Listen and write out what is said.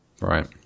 Right